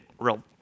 real